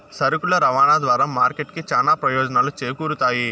సరుకుల రవాణా ద్వారా మార్కెట్ కి చానా ప్రయోజనాలు చేకూరుతాయి